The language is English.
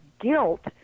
guilt